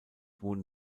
wurden